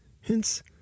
Hence